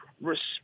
respect